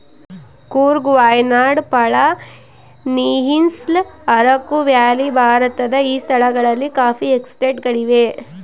Coorg Wayanad Palani hills Araku valley ಭಾರತದ ಈ ಸ್ಥಳಗಳಲ್ಲಿ ಕಾಫಿ ಎಸ್ಟೇಟ್ ಗಳಿವೆ